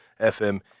FM